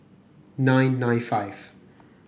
nine nine five